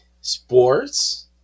sports